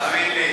תאמין לי,